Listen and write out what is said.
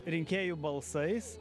rinkėjų balsais